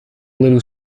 little